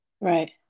Right